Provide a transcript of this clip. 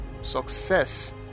success